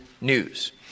news